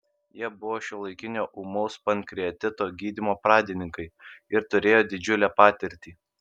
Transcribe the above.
jie buvo šiuolaikinio ūmaus pankreatito gydymo pradininkai ir turėjo didžiulę patirtį